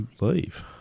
leave